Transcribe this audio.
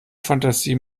fantasie